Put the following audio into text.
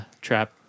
trap